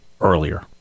earlier